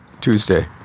tuesday